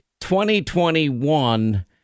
2021